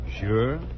Sure